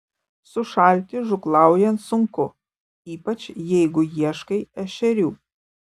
sušalti žūklaujant sunku ypač jeigu ieškai ešerių